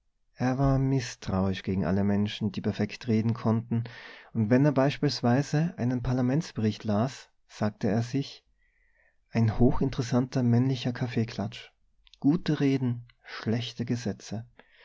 er war mißtrauisch gegen alle menschen die perfekt reden konnten und wenn er beispielsweise einen parlamentsbericht las sagte er sich ein hochinteressanter männlicher kaffeeklatsch gute reden schlechte gesetze